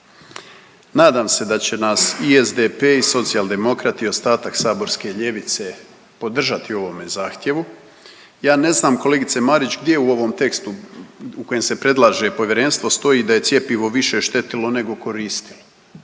Nadam se da će nas i SDP i Socijaldemokrati i ostatak saborske ljevice podržati u ovome zahtjevu. Ja ne znam kolegice Marić gdje u ovom tekstu u kojem se predlaže povjerenstvo stoji da je cjepivo više štetilo nego koristilo.